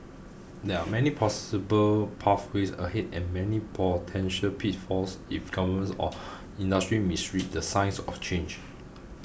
there are many possible pathways ahead and many potential pitfalls if governments or industry misread the signs of change